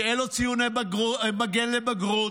כי אין לו ציוני מגן לבגרות,